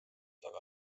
väga